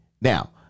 Now